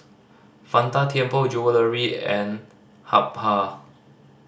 Fanta Tianpo Jewellery and Habhal